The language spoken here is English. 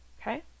okay